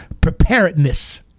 preparedness